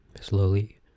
Slowly